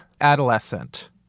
adolescent